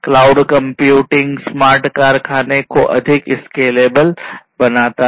cloud computing smart कारखाने को अधिक स्केलेबल बनाता है